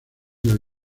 del